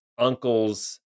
Uncle's